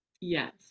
Yes